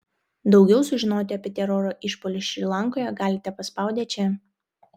daugiau sužinoti apie teroro išpuolius šri lankoje galite paspaudę čia